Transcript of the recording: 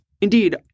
Indeed